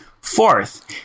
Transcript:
Fourth